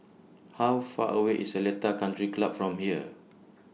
How Far away IS Seletar Country Club from here